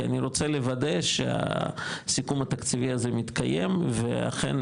כי אני רוצה לוודא שהסיכום התקציבי הזה מתקיים ואכן,